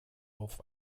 auf